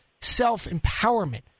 self-empowerment